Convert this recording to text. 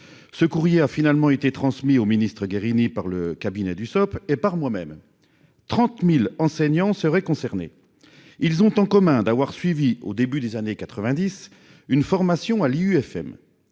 Ce courrier a finalement été transmis au ministre-Guérini par le cabinet du soap et par moi-même. 30.000 enseignants seraient concernés. Ils ont en commun d'avoir suivi au début des années 90. Une formation à l'IUFM